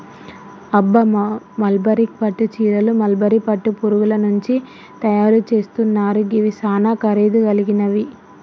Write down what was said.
అబ్బ మల్బరీ పట్టు సీరలు మల్బరీ పట్టు పురుగుల నుంచి తయరు సేస్తున్నారు గివి సానా ఖరీదు గలిగినవి